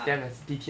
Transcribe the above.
ah